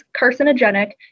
carcinogenic